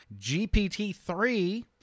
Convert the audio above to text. GPT-3